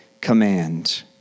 command